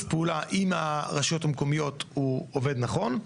הפעולה עם הרשויות המקומיות עובד נכון.